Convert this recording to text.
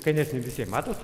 skanesnė visiem matot